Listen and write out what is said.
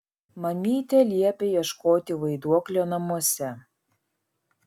mamytė liepė ieškoti vaiduoklio namuose